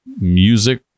music